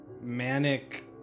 Manic